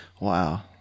Wow